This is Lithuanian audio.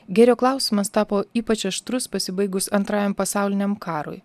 gėrio klausimas tapo ypač aštrus pasibaigus antrajam pasauliniam karui